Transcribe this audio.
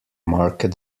market